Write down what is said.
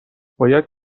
باید